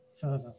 further